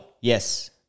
Yes